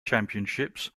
championships